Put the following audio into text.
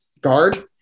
guard